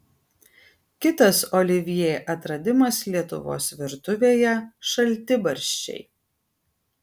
kitas olivjė atradimas lietuvos virtuvėje šaltibarščiai